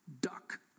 Duck